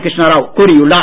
கிருஷ்ணாராவ் கூறியுள்ளார்